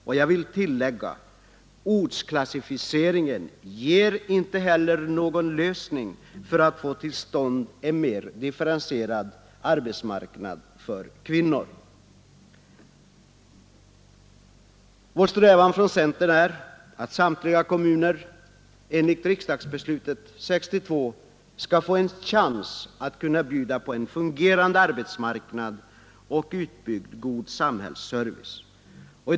Och jag vill tillägga att ortsklassificeringen inte heller bidrar till att få till stånd en mer differentierad arbetsmarknad för kvinnor. Vår strävan från centern är att samtliga kommuner enligt riksdagsbeslutet 1962 skall ha en chans att erbjuda en fungerande arbetsmarknad och en utbyggd god samhällsservice.